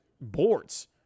boards